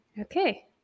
okay